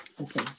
okay